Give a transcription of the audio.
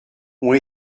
ont